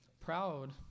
proud